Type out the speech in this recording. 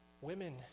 Women